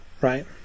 right